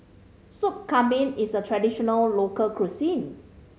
Sup Kambing is a traditional local cuisine